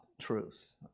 truth